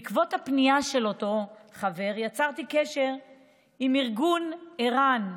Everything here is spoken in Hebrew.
בעקבות הפנייה של אותו חבר יצרתי קשר עם ארגון ער"ן.